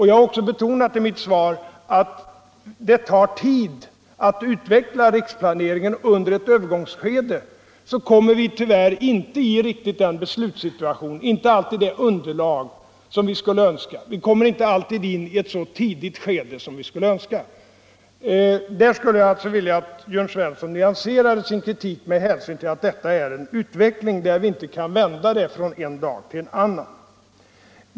Jag har också betonat i mitt svar att det tar tid att utveckla riksplaneringen. Under ett övergångsskede kommer vi tyvärr inte riktigt i den beslutssituation som vi skulle önska. Vi kommer inte alltid att ha tillräckligt underlag för planeringen i ett så tidigt skede som vi skulle önska. Där skulle jag vilja att herr Svensson nyanserade sin kritik med hänsyn till att detta är en utveckling som vi inte kan vända från den ena dagen till den andra.